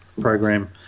program